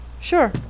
Sure